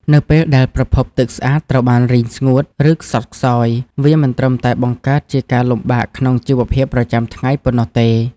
នៅពេលដែលប្រភពទឹកស្អាតត្រូវបានរីងស្ងួត ឬខ្សត់ខ្សោយ វាមិនត្រឹមតែបង្កើតជាការលំបាកក្នុងជីវភាពប្រចាំថ្ងៃប៉ុណ្ណោះទេ។